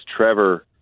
Trevor